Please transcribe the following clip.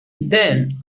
then